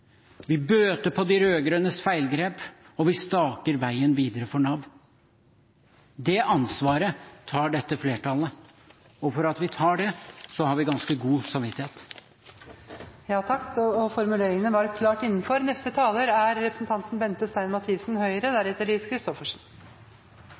vi bøter på de rød-grønnes feilgrep, og vi staker ut veien videre for Nav. Det ansvaret tar dette flertallet, og fordi vi tar det, har vi ganske god samvittighet. Formuleringene var klart innenfor.